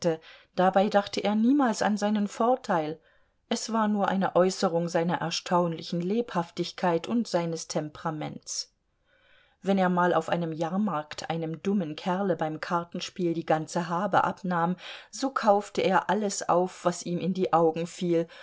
dabei dachte er niemals an seinen vorteil es war nur eine äußerung seiner erstaunlichen lebhaftigkeit und seines temperaments wenn er mal auf einem jahrmarkt einem dummen kerle beim kartenspiel die ganze habe abnahm so kaufte er alles auf was ihm in die augen fiel